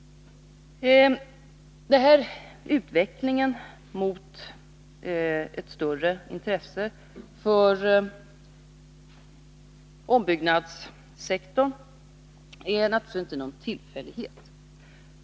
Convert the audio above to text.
Denna utveckling mot ett större intresse för ombyggnadssektorn är naturligtvis inte någon tillfällighet.